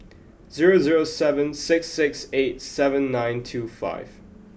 zero zero seven six six eight seven nine two five